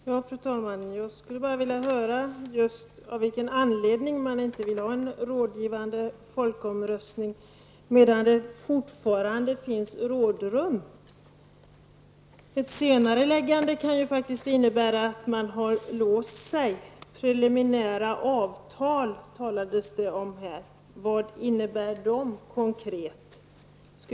Fru talman! Jag skulle vilja höra av vilken anledning man inte vill ha en rådgivande folkomröstning medan det fortfarande finns rådrum. Ett senareläggande kan innebära att folkomröstningen hålls vid en tidpunkt då man redan har låst sig. Det talades här om preliminära avtal. Vad innebär dessa konkret?